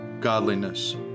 godliness